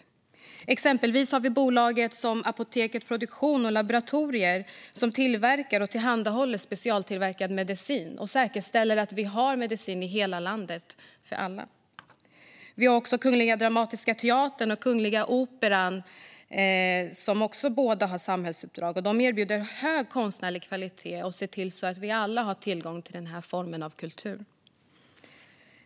Vi har exempelvis bolaget Apotek Produktion & Laboratorier, som tillverkar och tillhandahåller specialtillverkad medicin och säkerställer att vi har medicin för alla i hela landet. Även Kungliga Dramatiska Teatern och Kungliga Operan har båda samhällsuppdrag. De erbjuder hög konstnärlig kvalitet och ser till att vi alla har tillgång till denna form av kultur.